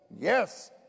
Yes